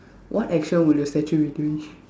what action will your statue be doing